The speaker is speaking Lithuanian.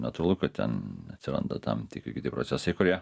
natūralu kad ten atsiranda tam tikri kiti procesai kurie